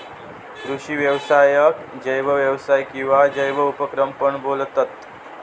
कृषि व्यवसायाक जैव व्यवसाय किंवा जैव उपक्रम पण बोलतत